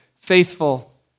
faithful